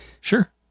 sure